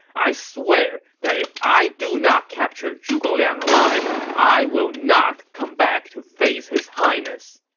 i swear that if i do not capture zhuge liang alive, i will not come back to face his highness!